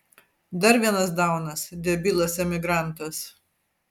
dar vienas daunas debilas emigrantas